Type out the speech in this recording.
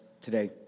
today